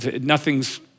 nothing's